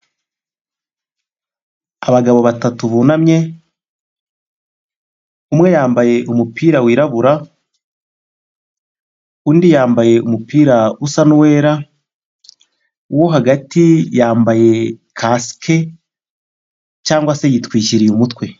Abagabo batatu bunamye umwe yambaye umupira wirabura, undi yambaye umupira usa n'uwera uwo hagati yambaye Kasike cyangwa se yitwikiriye umutwe.